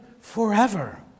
forever